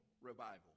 revival